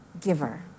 giver